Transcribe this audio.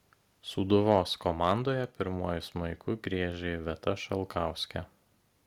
sūduvos komandoje pirmuoju smuiku griežia iveta šalkauskė